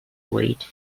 weight